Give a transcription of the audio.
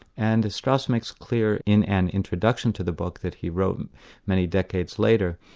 and strauss makes clear in an introduction to the book that he wrote many decades later,